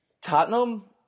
Tottenham